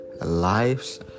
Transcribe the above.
lives